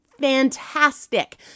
fantastic